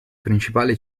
principale